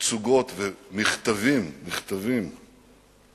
תצוגות ומכתבים, מכתבים